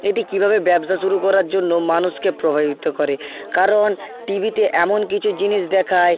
এটি কীভাবে ব্যবসা শুরু করার জন্য মানুষকে প্রভাবিত করে কারণ টিভিতে এমন কিচু জিনিস দেখায়